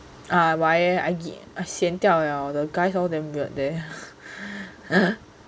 ah why eh I sian 掉了 the guys all damn weird there